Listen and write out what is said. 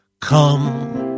come